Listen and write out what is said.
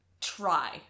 try